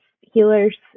healers